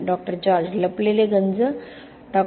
डॉ George लपलेले गंज डॉ